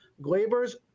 Glaber's